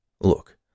Look